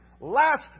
last